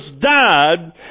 died